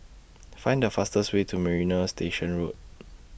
Find The fastest Way to Marina Station Road